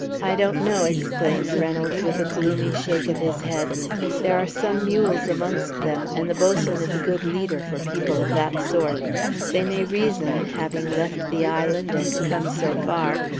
i don't know, exclaimed reynolds, with a gloomy shake of his head there are some mules amongst them, and the bo'sun is a good leader for people of that sort they may reason, having left the island and come so far,